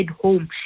home